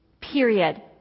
Period